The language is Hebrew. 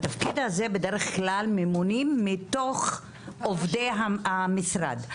לתפקיד הזה בדרך כלל ממונים מתוך עובדי המשרד.